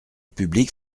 publics